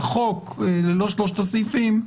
החוק ללא שלושת הסעיפים,